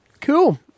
Cool